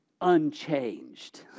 Unchanged